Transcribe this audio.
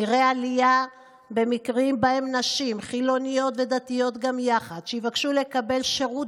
נראה עלייה במקרים שבהם נשים חילוניות ודתיות גם יחד שיבקשו לקבל שירות,